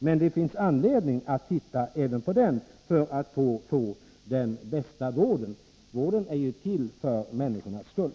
Men det finns anledning att se även på den för att få den bästa vården. Vården är ju till för människornas skull.